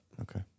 Okay